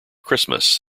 christmas